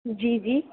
जी जी